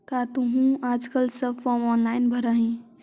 का तुहूँ आजकल सब फॉर्म ऑनेलाइन भरऽ हही?